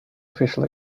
official